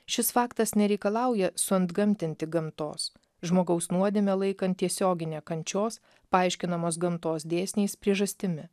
šis faktas nereikalauja suantgamtinti gamtos žmogaus nuodėmę laikant tiesiogine kančios paaiškinamos gamtos dėsniais priežastimi